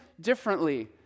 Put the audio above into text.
differently